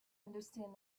understand